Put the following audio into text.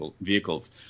vehicles